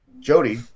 Jody